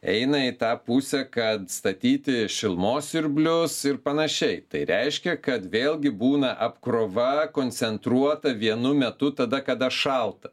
eina į tą pusę kad statyti šilumos siurblius ir panašiai tai reiškia kad vėlgi būna apkrova koncentruota vienu metu tada kada šalta